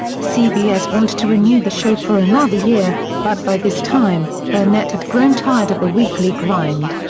cbs wanted to renew the show for another year, but by this time, burnett had grown tired of the weekly grind.